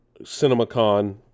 CinemaCon